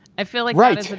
i feel like. right.